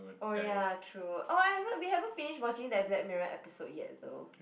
oh ya true oh I haven't we haven't finish watching that Black-Mirror episode yet though